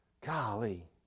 Golly